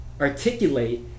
articulate